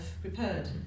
prepared